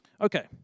Okay